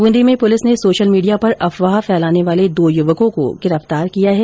ब्रूंदी में पुलिस ने सोशल मीडिया पर अफवाह फैलाने वाले दो युवकों को गिरफ्तार किया है